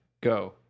go